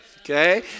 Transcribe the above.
Okay